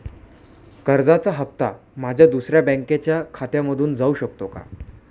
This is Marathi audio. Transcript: कर्जाचा हप्ता माझ्या दुसऱ्या बँकेच्या खात्यामधून जाऊ शकतो का?